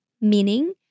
meaning